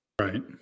Right